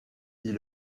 dit